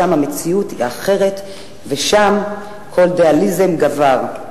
שם המציאות היא אחרת ושם כל דאלים גבר.